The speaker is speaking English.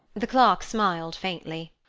the clerk smiled faintly.